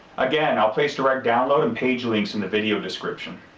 again, i'll place direct download and page links in the video description.